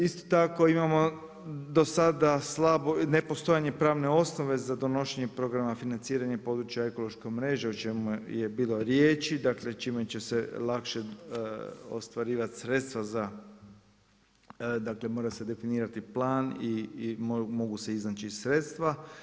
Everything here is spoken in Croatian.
Isto tako imamo do sada nepostojanje pravne osnove za donošenje programa financiranja područja ekološke mreže o čemu je bilo riječi, dakle čime će se lakše ostvarivati sredstva za, dakle mora se definirati plan i mogu se iznaći sredstva.